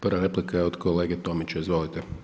Prva replika je od kolege Tomića, izvolite.